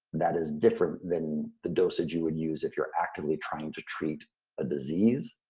that is different than the dosage you would use if you're actively trying to treat a disease,